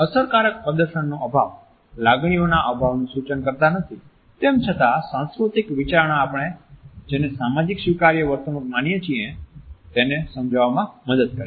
અસરકારક પ્રદર્શનનો અભાવ લાગણીઓના અભાવનું સૂચન કરતા નથી તેમ છતાં સાંસ્કૃતિક વિચારણા આપણે જેને સામાજીક સ્વીકાર્ય વર્તણૂક માનીયે છીએ તેને સમજવામાં પણ મદદ કરે છે